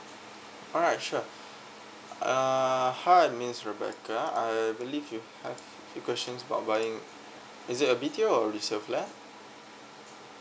alright sure err hi miss rebecca I believe you have few questions about buying is it a retail or resale flat